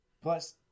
Plus